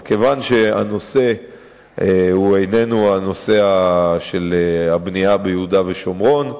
אבל כיוון שהנושא איננו הבנייה ביהודה ושומרון,